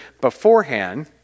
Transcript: beforehand